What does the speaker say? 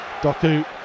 Doku